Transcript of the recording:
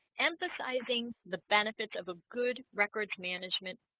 emphasizing the benefits of a good records management